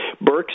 Burke